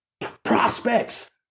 prospects